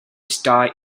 star